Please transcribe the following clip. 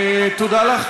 תודה לך,